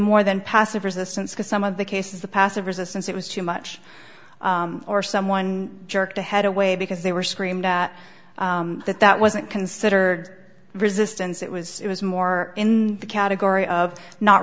more than passive resistance because some of the cases the passive resistance it was too much or someone jerked a head away because they were screamed at that that wasn't considered resistance it was it was more in the category of not